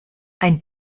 ein